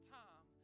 time